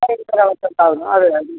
അത് മതി